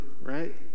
right